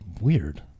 weird